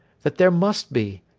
that there must be,